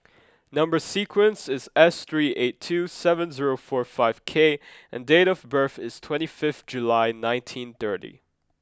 number sequence is S three eight two seven zero four five K and date of birth is twenty fifth July nineteen thirty